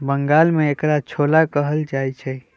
बंगाल में एकरा छोला कहल जाहई